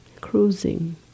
cruising